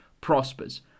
prospers